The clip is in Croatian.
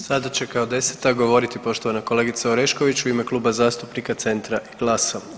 Sada će kao deseta govoriti poštovana kolegica Orešković u ime Kluba zastupnika Centra i GLAS-a.